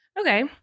Okay